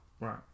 Right